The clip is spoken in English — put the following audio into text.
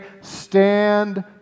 stand